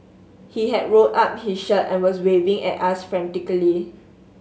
he had rolled up his shirt and was waving at us frantically